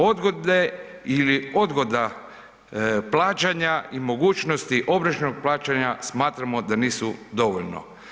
Odgode ili odgoda plaćanja i mogućnosti obročnog plaćanja smatramo da nisu dovoljno.